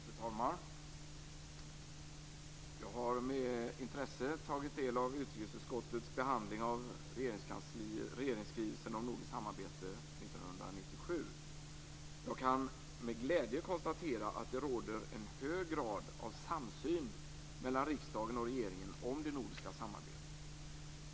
Fru talman! Jag har med intresse tagit del av utrikesutskottets behandling av regeringsskrivelsen om nordiskt samarbete 1997. Jag kan med glädje konstatera att det råder en hög grad av samsyn mellan riksdagen och regeringen om det nordiska samarbetet.